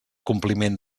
compliment